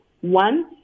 One